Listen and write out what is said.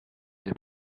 the